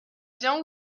bien